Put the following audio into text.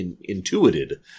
intuited